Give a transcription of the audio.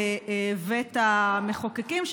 בבית המחוקקים,